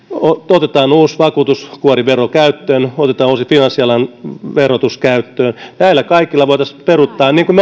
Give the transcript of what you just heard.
otetaan uusi vakuutuskuorivero käyttöön otetaan uusi finanssialan verotus käyttöön näillä kaikilla voitaisiin peruuttaa niin kuin